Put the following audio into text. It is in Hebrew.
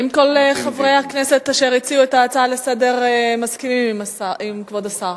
האם כל חברי הכנסת אשר הציעו את ההצעה לסדר-היום מסכימים עם כבוד השר?